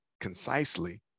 concisely